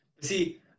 See